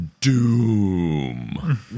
Doom